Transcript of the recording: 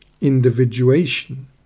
individuation